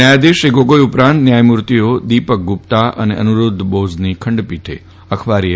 ન્યાયાધીશ શ્રી ગોગોઈ ઉપરાંત ન્યાયમૂર્તિઓ દીપક ગુપ્તા અને અનિરૂદ્વ બોઝની ખંડપીઠે અખબારી બે દિવસ